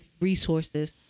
resources